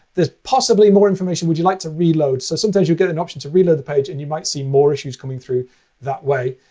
there's possibly more information. would you like to reload? so sometimes you'll get an option to reload the page, and you might see more issues coming through that way.